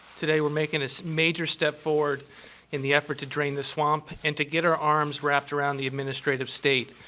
today we're making a major step forward in the effort to drain the swamp and to get our arms wrapped around the administrative state.